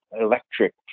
electric